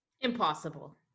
Impossible